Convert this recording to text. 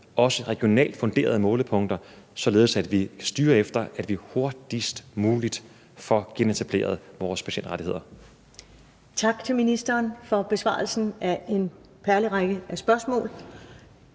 også regionalt funderede målepunkter, således at vi styrer efter, at vi hurtigst muligt får genetableret vores patientrettigheder. Kl. 16:19 Første næstformand (Karen Ellemann): Tak til ministeren for besvarelsen af en perlerække af spørgsmål.